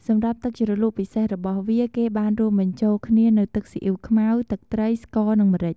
សម្រាប់ទឹកជ្រលក់ពិសេសរបស់វា គេបានរួមបញ្ចូលគ្នានូវទឹកស៊ីអ៉ីវខ្មៅ ទឹកត្រី ស្ករ និងម្រេច